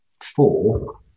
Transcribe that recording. four